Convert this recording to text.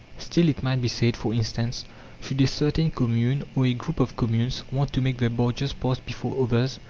still, it might be said, for instance should a certain commune, or a group of communes, want to make their barges pass before others,